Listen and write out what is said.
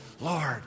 Lord